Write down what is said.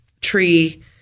tree